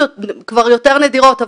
כבר יותר נדירות,